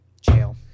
Jail